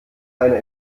einer